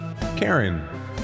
Karen